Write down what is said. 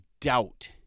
doubt